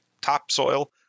topsoil